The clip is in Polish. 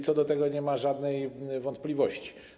Co do tego nie ma żadnej wątpliwości.